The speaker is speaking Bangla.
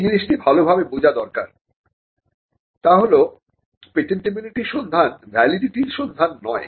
এই জিনিসটি ভালোভাবে বোঝা দরকার তা হল পেটেন্টিবিলিটি সন্ধান ভ্যালিডিটির সন্ধান নয়